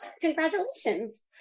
Congratulations